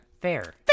Fair